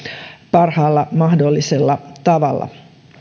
parhaalla mahdollisella tavalla